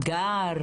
מאגר?